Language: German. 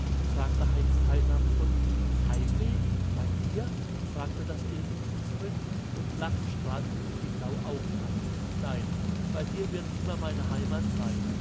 fragte heinz teilnahmvoll heimweh bei dir frug das elfenkind zurück und lachend strahlten ihn die blauaugen an nein bei dir wird immer meine heimat sein